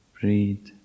breathe